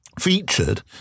featured